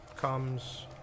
comes